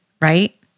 right